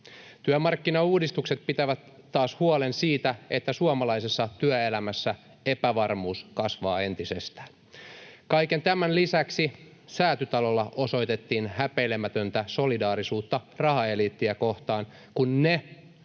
Työmarkkinauudistukset taas pitävät huolen siitä, että suomalaisessa työelämässä epävarmuus kasvaa entisestään. Kaiken tämän lisäksi Säätytalolla osoitettiin häpeilemätöntä solidaarisuutta rahaeliittiä kohtaan, kun ne,